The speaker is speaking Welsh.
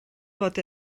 fod